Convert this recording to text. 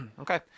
Okay